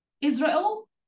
Israel